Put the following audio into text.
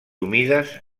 humides